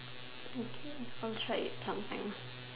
okay I'll try it sometime